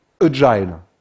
agile